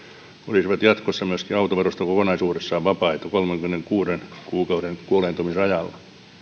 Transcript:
olisivat jatkossa myöskin autoverosta kokonaisuudessaan vapaita kolmenkymmenenkuuden kuukauden kuoleentumisrajalla